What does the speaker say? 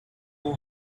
know